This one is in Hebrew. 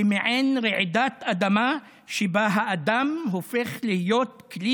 כמעין רעידת אדמה שבה האדם הופך לכלי